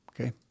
okay